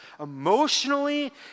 emotionally